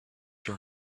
your